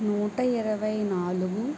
నూట ఇరవై నాలుగు